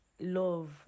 love